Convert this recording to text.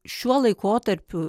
šiuo laikotarpiu